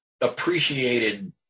appreciated